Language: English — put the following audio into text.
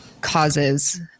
causes